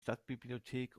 stadtbibliothek